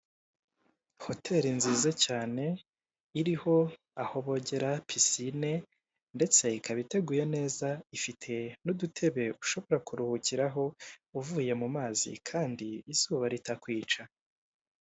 Hoteri Nziza cyane iriho aho bogera pisine ndetse ikaba iteguye neza ifite n'udutebe ushobora kuruhukiraho uvuye mumazi kandi izuba ritakwica.